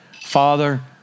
Father